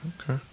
Okay